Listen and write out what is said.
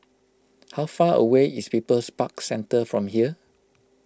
how far away is People's Park Centre from here